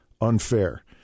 unfair